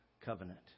covenant